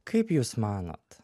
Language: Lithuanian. kaip jūs manot